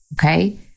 Okay